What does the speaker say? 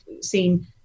seen